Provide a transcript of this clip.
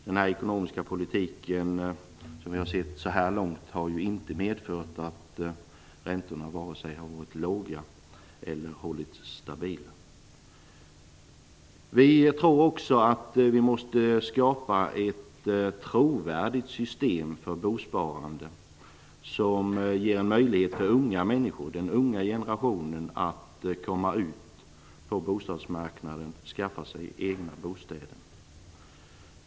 Den ekonomiska politik vi har sett så här långt har inte medfört att räntorna vare sig varit låga eller hållits stabila. Vi tror också att vi måste skapa ett trovärdigt system för bosparande, som ger en möjlighet för unga människor - den unga generationen - att komma ut på bostadsmarknaden och skaffa sig egna bostäder.